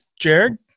Jared